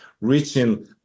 reaching